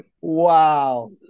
wow